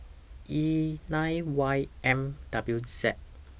E nine Y M W Z